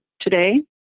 today